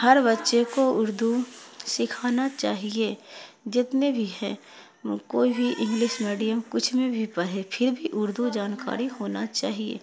ہر بچے کو اردو سکھانا چاہیے جتنے بھی ہے کوئی بھی انگلش میڈیم کچھ میں بھی پڑھے پھر بھی اردو جانکاری ہونا چاہیے